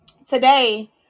today